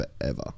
forever